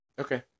Okay